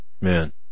man